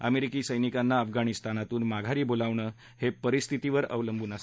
अमेरिकी सैनिकांना अफगाणिस्तानातून माघारी बोलावण हे परिस्थितीवर अवलंबून आहे